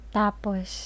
tapos